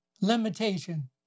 limitation